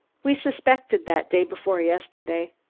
we suspected that day before yesterday.